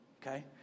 okay